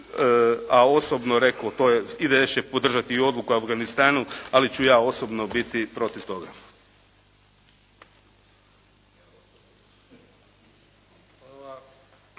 a osobno rekoh, IDS će podržati odluku o Afganistanu, ali ću ja osobno biti protiv toga.